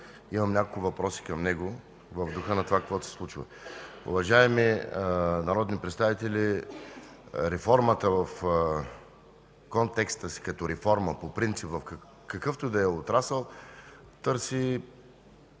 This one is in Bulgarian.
имам няколко въпроса към него в духа на това, което се случва. Уважаеми народни представители, реформата в контекста си като реформа по принцип в какъвто и да е отрасъл търси